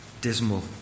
dismal